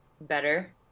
better